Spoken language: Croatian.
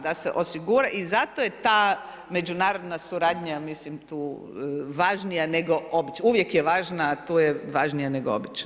Da se osigura i zato je ta međunarodna suradnja, mislim tu važnija nego, uvijek je važna, a tu je važnija nego obično.